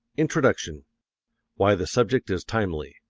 introduction why the subject is timely.